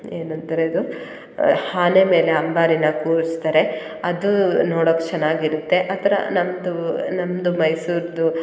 ಏನು ಅಂತಾರೆ ಇದು ಆನೆ ಮೇಲೆ ಅಂಬಾರಿನ ಕೂರಿಸ್ತಾರೆ ಅದು ನೋಡಕ್ಕೆ ಚೆನ್ನಾಗಿರುತ್ತೆ ಆ ಥರ ನಮ್ಮದು ನಮ್ಮದು ಮೈಸೂರ್ದು